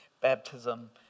baptism